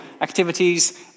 activities